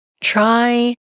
try